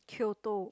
Kyoto